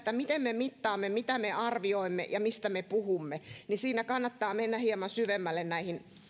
miten me mittaamme mitä me arvioimme ja mistä me puhumme kannattaa mennä hieman syvemmälle näihin